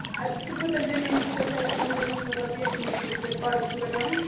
اَدٕ سُہ کوٗتاہ زٔمیٖن چھُو تۄہہِ تَتہِ وٕنۍکٮ۪نَس مطلب ییٚتہِ نَسَن تۄہہِ پارَک چھو بناوٕںۍ